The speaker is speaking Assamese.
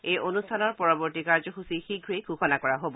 এই অনুষ্ঠানৰ পৰৱৰ্তী কাৰ্যসূচী শীঘ্ৰেই ঘোষণা কৰা হ'ব